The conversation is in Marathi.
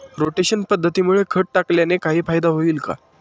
रोटेशन पद्धतीमुळे खत टाकल्याने काही फायदा होईल का?